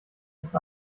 ist